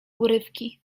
urywki